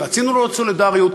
רצינו לראות סולידריות,